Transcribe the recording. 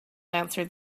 answered